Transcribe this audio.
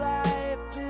life